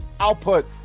output